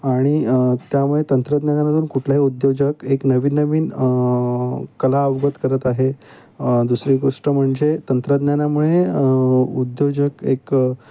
आणि त्यामुळे तंत्रज्ञानामधून कुठलाही उद्योजक एक नवीननवीन कला अवगत करत आहे दुसरी गोष्ट म्हणजे तंत्रज्ञानामुळे उद्योजक एक